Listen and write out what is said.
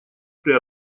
при